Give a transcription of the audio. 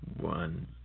one